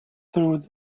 through